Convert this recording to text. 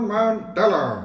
Mandela